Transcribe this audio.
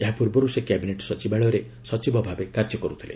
ଏହା ପୂର୍ବରୁ ସେ କ୍ୟାବିନେଟ ସଚିବାଳୟରେ ସଚିବଭାବେ କାର୍ଯ୍ୟ କରୁଥିଲେ